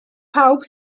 pawb